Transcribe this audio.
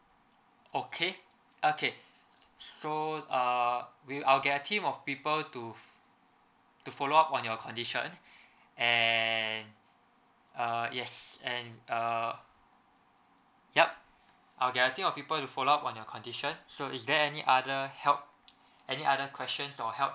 okay okay so err we I'll get a team of people to to follow up on your condition and err yes and err yup okay I'll get a team of people to follow up on a condition so is there any other help any other questions or help that